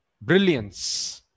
brilliance